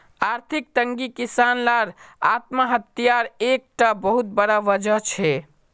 आर्थिक तंगी किसान लार आत्म्हात्यार एक टा बहुत बड़ा वजह छे